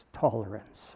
tolerance